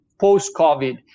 post-COVID